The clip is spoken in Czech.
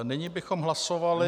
Nyní bychom hlasovali